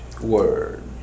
word